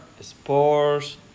sports